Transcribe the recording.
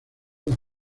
las